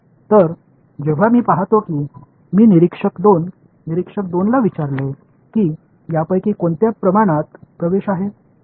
तर जेव्हा मी पाहतो की मी निरीक्षक 2 निरीक्षक 2 ला विचारले की यापैकी कोणत्या प्रमाणात प्रवेश आहे